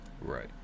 Right